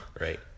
Right